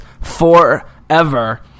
forever